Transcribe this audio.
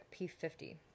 P50